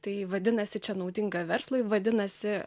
tai vadinasi čia naudinga verslui vadinasi